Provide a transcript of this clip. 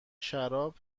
شراب